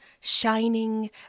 shining